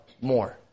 more